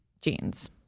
jeans